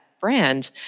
brand